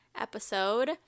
episode